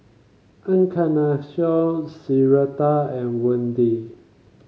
Encarnacion Syreeta and Wende